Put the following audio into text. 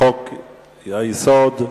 לחוק-יסוד: